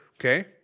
okay